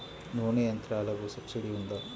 నూనె యంత్రాలకు సబ్సిడీ ఉందా?